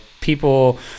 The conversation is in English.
people